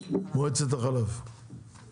מועצת החלב, בבקשה.